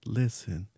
listen